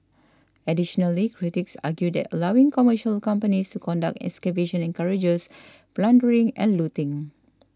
additionally critics argued that allowing commercial companies to conduct excavations encourages plundering and looting